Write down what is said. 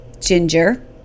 ginger